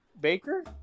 Baker